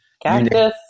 Cactus